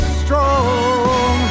strong